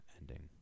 ending